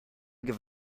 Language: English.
give